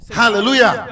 hallelujah